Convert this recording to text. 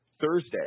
Thursday